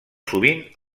sovint